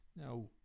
now